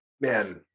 Man